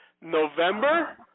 November